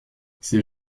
ces